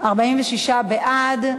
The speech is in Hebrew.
46 בעד,